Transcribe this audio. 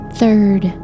third